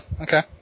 okay